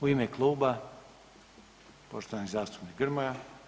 U ime kluba poštovani zastupnik Grmoja.